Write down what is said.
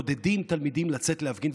מעודדים תלמידים לצאת להפגין,